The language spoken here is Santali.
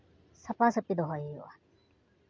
ᱥᱟᱯᱷᱟ ᱥᱟᱯᱷᱤ ᱫᱚᱦᱚᱭ ᱦᱩᱭᱩᱜᱼᱟ